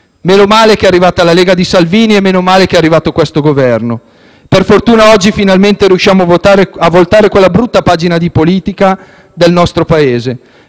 Meno male che sono arrivati la Lega di Salvini e questo Governo! Per fortuna, oggi finalmente riusciamo a voltare quella brutta pagina di politica del nostro Paese.